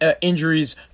injuries